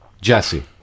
Jesse